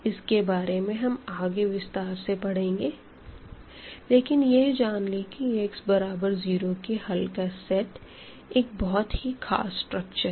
इसके बारे में हम आगे विस्तार से पढ़ेंगे लेकिन यह जान लें की Ax0 के हल का सेट एक बहुत ही खास स्ट्रक्चर है